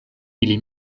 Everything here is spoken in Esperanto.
ili